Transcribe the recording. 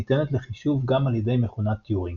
ניתנת לחישוב גם על ידי מכונת טיורינג.